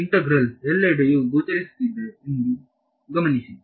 ಈ ಇಂತೆಗ್ರಲ್ ಎಲ್ಲೆಡೆಯೂ ಗೋಚರಿಸುತ್ತದೆ ಎಂಬುದನ್ನು ಗಮನಿಸಿ